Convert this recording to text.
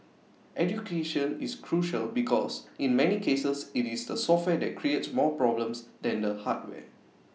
education is crucial because in many cases IT is the software that create more problems than the hardware